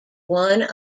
one